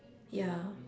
ya